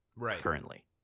currently